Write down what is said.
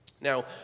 Now